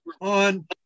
on